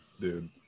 dude